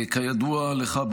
כידוע לך,